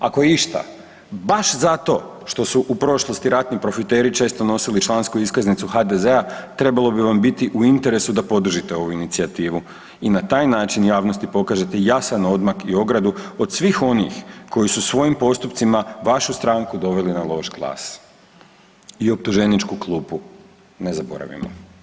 Ako je išta baš zato što su u prošlosti ratni profiteri često nosili člansku iskaznicu HDZ-a trebalo bi vam biti u interesu da podržite ovu inicijativu i na taj način javnosti pokažete jasan odmak i ogradu od svih onih koji su svojim postupcima vašu stranku doveli na loš glas i optuženičku klupu, ne zaboravimo.